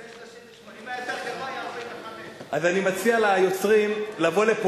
בגלל זה 38%. אם היה יותר גבוה היה 45%. אני מציע ליוצרים לבוא לפה,